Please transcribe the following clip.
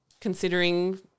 considering